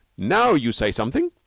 now you say something,